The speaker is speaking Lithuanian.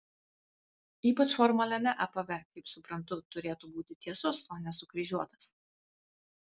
ypač formaliame apave kaip suprantu turėtų būti tiesus o ne sukryžiuotas